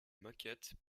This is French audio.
moquette